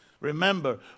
Remember